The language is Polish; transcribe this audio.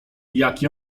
jaki